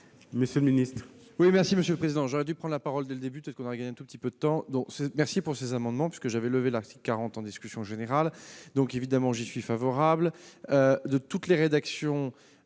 monsieur le ministre,